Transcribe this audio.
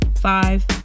five